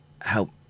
help